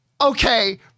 Okay